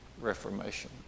reformation